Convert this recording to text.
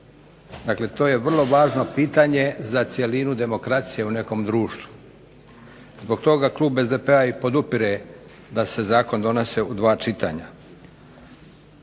Dakle, to je vrlo važno pitanje za cjelinu demokracije u nekom društvu. Zbog toga klub SDP-a i podupire da se zakon donese u 2 čitanja.